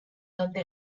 donde